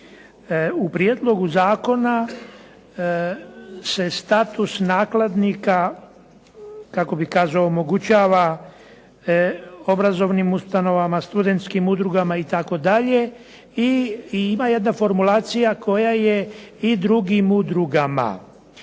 U Prijedlogu zakona se status nakladnika omogućava obrazovnim ustanovama, studenskim udrugama itd., i ima jedna formulacija koja je i drugim udrugama.